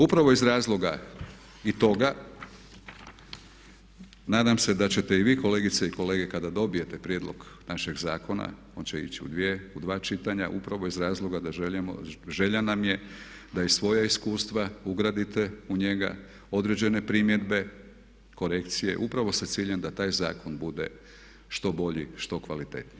Upravo iz razloga i toga, nadam se da ćete i vi kolegice i kolege kada dobijete prijedlog našeg zakona, on će ići u dva čitanja, upravo iz razloga, želja nam je da i svoja iskustva ugradite u njega, određene primjedbe, korekcije upravo sa ciljem da taj zakon bude što bolji, što kvalitetnijim.